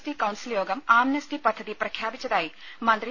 T council യോഗം amnesty പദ്ധതി പ്രഖ്യാപിച്ചതായി മന്ത്രി ഡോ